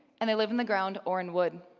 and they live in the ground or in wood.